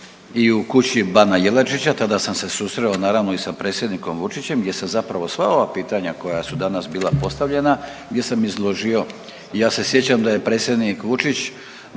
i u Kući bana Jelačića, tada sam se susreo, naravno i sa predsjednikom Vučićem gdje sam zapravo sva ova pitanja koja su danas bila postavljena, gdje sam izložio i ja se sjećam da je predsjednik Vučić